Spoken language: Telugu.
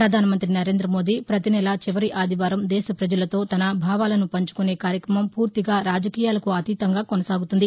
ప్రపధాన మంత్రి నరేంద్రమోదీ పతినేలా చివరి ఆదివారం దేశ ప్రజలతో తన భావాలను పంచుకానే కార్యక్రమం పూర్తిగా రాజకీయాలకు అతీతంగా కొనసాగుతుంది